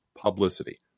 publicity